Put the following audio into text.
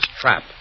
trap